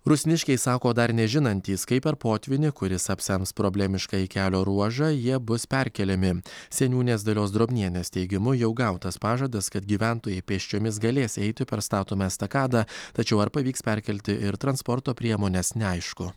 rusniškiai sako dar nežinantys kaip per potvynį kuris apsems problemiškąjį kelio ruožą jie bus perkeliami seniūnės dalios drobnienės teigimu jau gautas pažadas kad gyventojai pėsčiomis galės eiti per statomą estakadą tačiau ar pavyks perkelti ir transporto priemones neaišku